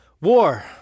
War